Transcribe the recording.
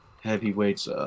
Heavyweights